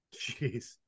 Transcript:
jeez